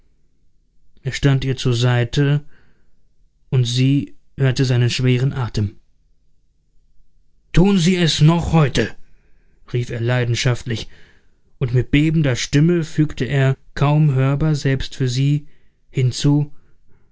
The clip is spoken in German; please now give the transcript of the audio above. er stand ihr zur seite und sie hörte seinen schweren atem tun sie es noch heute rief er leidenschaftlich und mit bebender stimme fügte er kaum hörbar selbst für sie hinzu